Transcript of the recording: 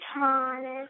Thomas